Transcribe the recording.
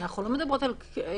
אנחנו לא מדברות על כפייה.